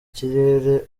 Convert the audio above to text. kirere